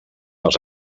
les